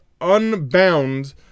unbound